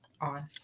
on